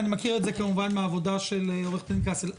אני מכיר את זה כמובן מהעבודה של עו"ד קסל.